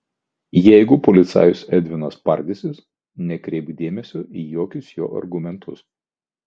jeigu policajus edvinas spardysis nekreipk dėmesio į jokius jo argumentus